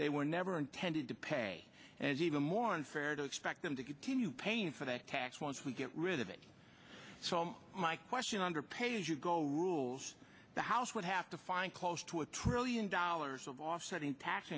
they were never intended to pay and even more unfair to expect them to continue paying for the tax once we get rid of it so my question under pay as you go rules the house would have define close to a trillion dollars of offsetting tax